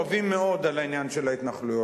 אנחנו רבים מאוד על העניין של ההתנחלויות,